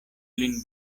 lin